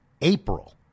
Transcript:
April